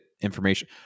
information